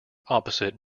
opposite